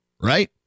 right